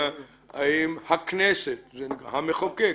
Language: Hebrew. האם המחוקק